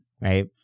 right